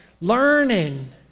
learning